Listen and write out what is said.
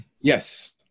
yes